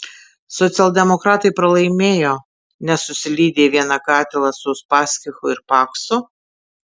socialdemokratai pralaimėjo nes susilydė į vieną katilą su uspaskichu ir paksu